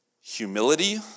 Humility